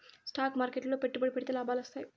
stock మార్కెట్లు లో పెట్టుబడి పెడితే లాభాలు వత్తాయి